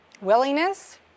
willingness